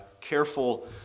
careful